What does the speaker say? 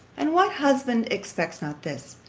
and what husband expects not this